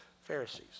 Pharisees